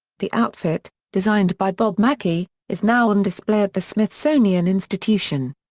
the outfit, designed by bob mackie, is now on display at the smithsonian institution.